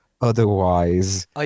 otherwise